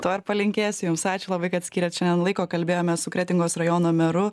to ir palinkėsiu jums ačiū labai kad skyrėt šiandien laiko kalbėjomės su kretingos rajono meru